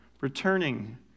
returning